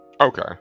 okay